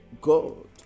God